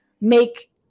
make